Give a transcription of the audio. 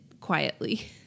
quietly